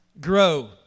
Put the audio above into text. grow